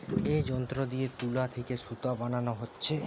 এ যন্ত্র দিয়ে তুলা থিকে সুতা বানানা হচ্ছে